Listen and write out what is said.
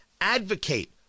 advocate